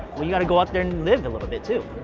well, you gotta go out there and live a little bit too.